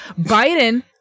Biden